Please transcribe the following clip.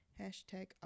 hashtag